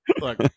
look